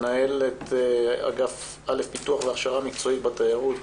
מנהלת אגף א' פיתוח והכשרה מקצועית בתיירות,